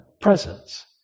Presence